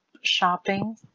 shopping